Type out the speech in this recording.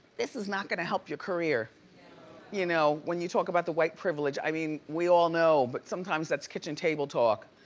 this is not gonna help your career you know when you talk about the white privilege, i mean, we all know, but sometimes that's kitchen table talk.